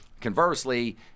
Conversely